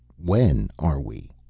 when are we,